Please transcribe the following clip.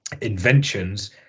inventions